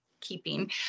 keeping